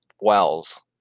Wells